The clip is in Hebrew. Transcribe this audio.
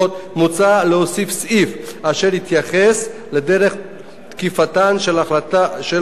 מוצע להוסיף סעיף אשר יתייחס לדרך תקיפתן של החלטות